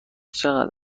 چند